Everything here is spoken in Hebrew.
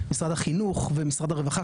משרד החינוך ומשרד הרווחה,